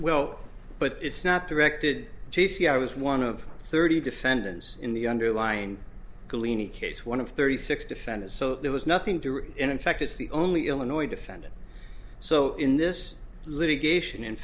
well but it's not directed j c i was one of thirty defendants in the underlying collini case one of thirty six defendants so there was nothing to do and in fact it's the only illinois defendant so in this litigation in